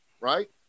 right